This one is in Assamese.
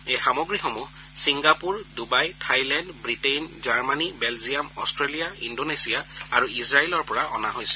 এই সামগ্ৰীসমূহ Singapore Dubai Thailand Britain Germany Belgium Australia Indonesia আৰু ইজৰাইলৰ পৰা আমদানি কৰা হৈছে